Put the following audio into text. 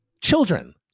children